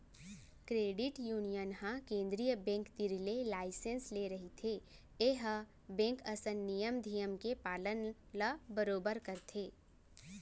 credit union ह केंद्रीय bank तीर ले लाइसेंस ले रहिथे ए ह बेंक असन नियम धियम के पालन ल बरोबर करथे